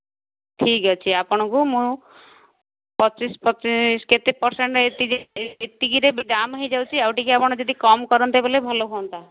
ଠିକ୍ ଅଛି ଆପଣଙ୍କୁ ମୁଁ ପଚିଶ କେତେ ପର୍ସେଣ୍ଟ୍ ଏତିକିରେ ଦାମ୍ ହୋଇଯାଉଛି ଆଉଟିକେ ଆପଣ ଯଦି କମ୍ କରନ୍ତେ ବୋଲେ ଭଲ ହୁଅନ୍ତା